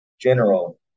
general